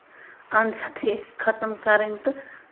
انٛد ہیٚتھٕے یِم ختم کَرٕنۍ تہٕ